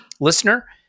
listener